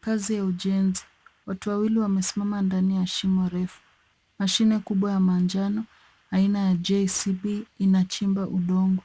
Kazi ya ujenzi. Watu wawili wamesimama ndani ya shimo refu. Mashine kubwa ya manjano aina ya JCB inachimba udongo.